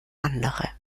andere